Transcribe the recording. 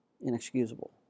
inexcusable